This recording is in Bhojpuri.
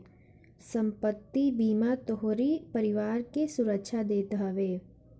संपत्ति बीमा तोहरी परिवार के सुरक्षा देत हवे